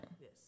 Yes